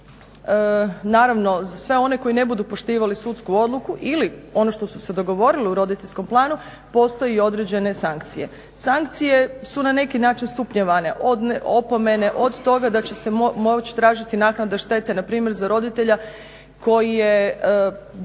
naravno za sve one koji ne budu poštivali sudsku odluku ili ono što su se dogovorili u roditeljskom planu, postoje i određene sankcije. Sankcije su na neki način stupnjevane, od opomene, od toga da će se moći tražiti naknada štete, npr. za roditelja koji je,